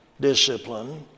discipline